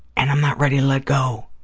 and i'm not ready to let go.